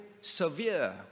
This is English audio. severe